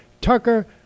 Tucker